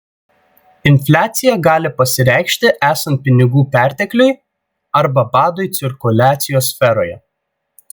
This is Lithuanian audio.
infliacija gali pasireikšti esant pinigų pertekliui arba badui cirkuliacijos sferoje